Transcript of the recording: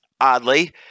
oddly